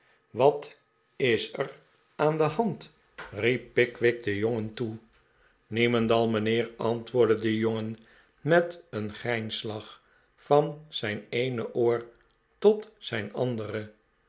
wat is er aan de hand riep pickwick den jongen toe niemendal mijnheer antwoordde de jongen met een grijnslach van zijn eene oor tot zijn andere